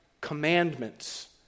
commandments